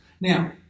Now